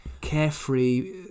carefree